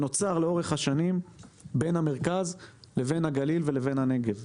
וסליחה לאנשי הגליל ולאוהבי הגליל שחיכו